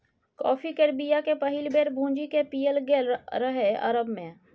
coffee केर बीया केँ पहिल बेर भुजि कए पीएल गेल रहय अरब मे